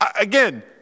Again